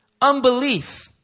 unbelief